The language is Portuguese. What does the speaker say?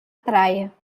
praia